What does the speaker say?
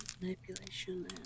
Manipulation